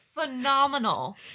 phenomenal